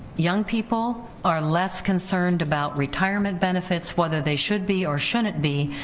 young people are less concerned about retirement benefits whether they should be or shouldn't be,